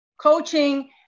Coaching